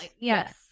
Yes